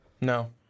No